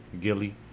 Gilly